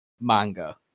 manga